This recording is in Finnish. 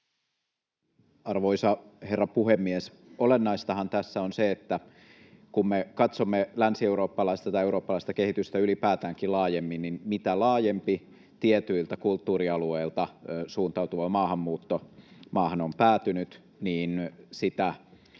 Arvoisa herra puhemies! Olennaistahan tässä on se, että kun me katsomme länsieurooppalaista tai eurooppalaista kehitystä ylipäätäänkin laajemmin, niin mitä laajempi tietyiltä kulttuurialueilta suuntautuva maahanmuutto maahan on päätynyt, sitä